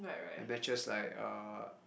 and matches like uh